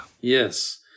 Yes